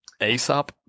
ASAP